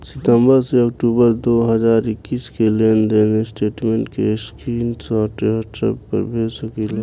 सितंबर से अक्टूबर दो हज़ार इक्कीस के लेनदेन स्टेटमेंट के स्क्रीनशाट व्हाट्सएप पर भेज सकीला?